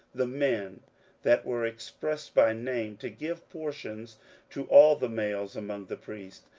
the men that were expressed by name, to give portions to all the males among the priests,